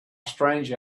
strange